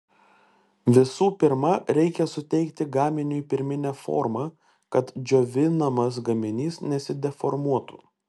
visų pirma reikia suteikti gaminiui pirminę formą kad džiovinamas gaminys nesideformuotų